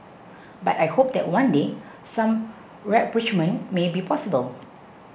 but I hope that one day some rapprochement may be possible